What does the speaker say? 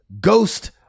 Ghost